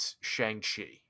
Shang-Chi